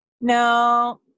No